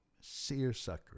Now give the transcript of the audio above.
Seersucker